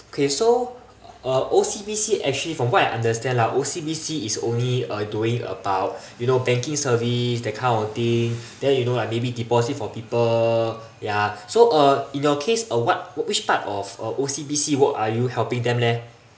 okay so uh O_C_B_C actually from what I understand lah O_C_B_C is only uh doing about you know banking service that kind of thing then you know like maybe deposit for people ya so uh in your case uh what which part of uh O_C_B_C work are you helping them leh